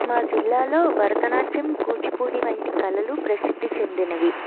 మా జిల్లాలో భరతనాట్యం కూచిపూడి వంటి కళలు ప్రసిద్ధి చెందినవి